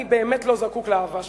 אני באמת לא זקוק לאהבה שלך.